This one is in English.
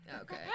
Okay